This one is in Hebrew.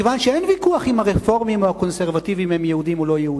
מכיוון שאין ויכוח אם הרפורמים או הקונסרבטיבים הם יהודים או לא יהודים.